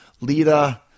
Lita